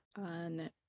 on